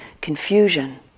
confusion